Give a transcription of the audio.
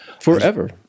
forever